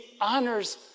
honors